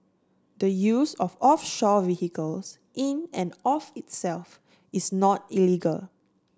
the use of offshore vehicles in and of itself is not illegal